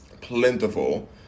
plentiful